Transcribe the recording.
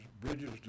Bridges